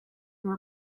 your